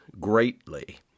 greatly